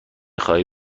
خواهی